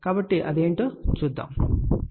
కాబట్టి అది ఏమిటో చూద్దాం